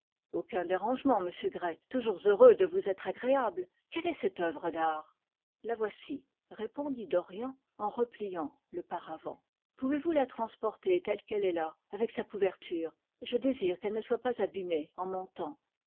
aucun dérangement monsieur gray toujours heureux de vous être agréable quelle est cette oeuvre d'art la voici répondit dorian en repliant le paravent pouvez-vous la transporter telle qu'elle est là avec sa couverture je désire qu'elle ne soit pas abîmée en montant